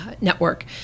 Network